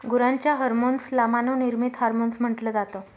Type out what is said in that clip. गुरांच्या हर्मोन्स ला मानव निर्मित हार्मोन्स म्हटल जात